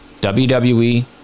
WWE